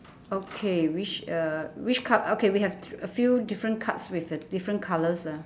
okay which uh which card~ okay we have a few different cards with uh different colours ah